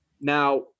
now